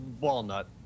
Walnut